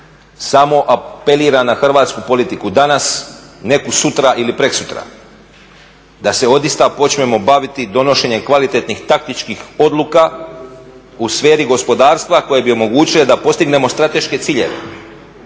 samo apeliram na hrvatsku politiku danas, neku sutra ili prekosutra da se odista počnemo baviti donošenjem kvalitetnih taktičkih odluka u sferi gospodarstva koje bi omogućile da postignemo strateške ciljeve.